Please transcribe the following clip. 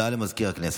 הודעה למזכיר הכנסת.